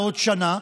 עוד שנה,